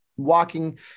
walking